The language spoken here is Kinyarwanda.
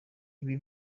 ibi